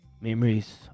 Memories